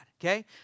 okay